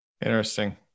Interesting